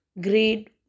Grade